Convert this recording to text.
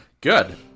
Good